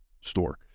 Store